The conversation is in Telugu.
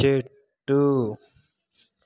చెట్టు